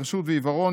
חירשות ועיוורון,